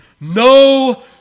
No